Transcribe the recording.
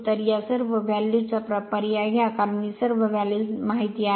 तर या सर्व व्हॅल्यू चा पर्याय घ्या कारण ही सर्व व्हॅल्यूज ज्ञात आहेत